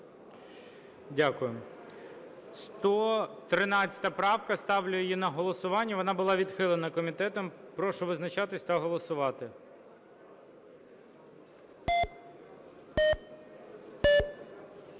Дякую. 113 правка. Ставлю її на голосування, вона була відхилена комітетом. Прошу визначатись та голосувати.